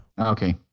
Okay